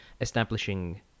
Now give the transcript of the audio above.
establishing